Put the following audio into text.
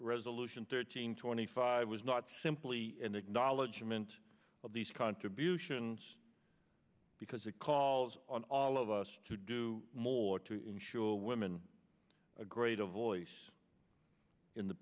resolution thirteen twenty five was not simply an acknowledgment of these contributions because it calls on all of us to do more to ensure women a great a voice in the